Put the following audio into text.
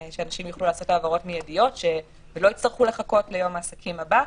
שאנשים יוכלו לעשות העברות מידיות ולא יצטרכו לחכות ליום העסקים הבא.